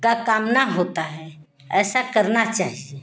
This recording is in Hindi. का कामना होता है ऐसा करना चाहिए